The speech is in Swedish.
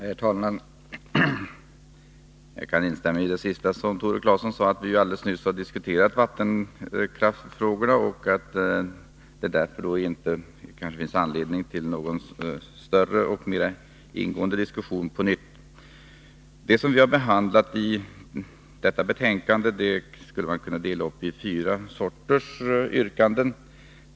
Herr talman! Jag kan instämma i det sista som Tore Claeson sade, dvs. att vi nyligen har diskuterat vattenkraftsfrågorna och att det därför inte finns anledning till någon ny stor och mer ingående diskussion. Det som vi har behandlat i betänkandet skulle kunna delas in i fyra sorters yrkanden.